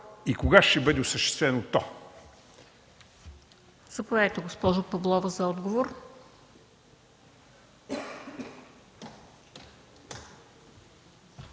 и кога ще бъде осъществено?